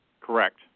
Correct